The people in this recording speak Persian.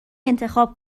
انتخاب